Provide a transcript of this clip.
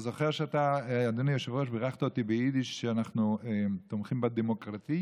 אתה זוכר שאתה בירכת אותי ביידיש על שאנחנו תומכים בדמוקרטייה?